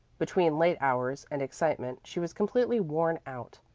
between late hours and excitement she was completely worn out.